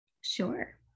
Sure